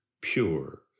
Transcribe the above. pure